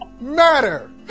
matter